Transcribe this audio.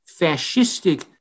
fascistic